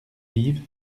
vives